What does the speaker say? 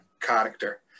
character